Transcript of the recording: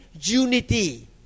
unity